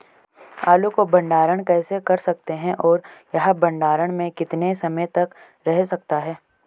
आलू को भंडारण कैसे कर सकते हैं और यह भंडारण में कितने समय तक रह सकता है?